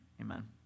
amen